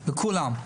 לכולם.